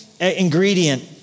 ingredient